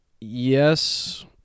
Yes